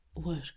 Work